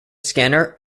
scanner